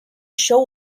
show